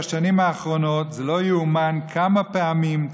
בשנים האחרונות זה לא ייאמן כמה פעמים,